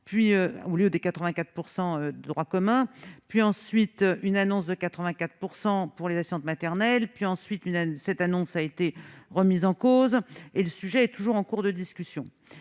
au lieu des 84 % de droit commun, puis ensuite une annonce de 84 % pour les actions de maternelle, puis ensuite une année, cette annonce a été remise en cause et le sujet est toujours en cours de discussion,